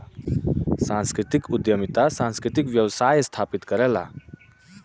सांस्कृतिक उद्यमिता सांस्कृतिक व्यवसाय स्थापित करला